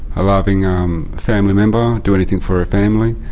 a loving um family member, do anything for her family,